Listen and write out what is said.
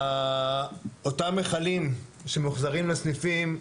אותם מכלים שמוחזרים לסניפים,